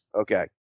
Okay